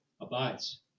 Abides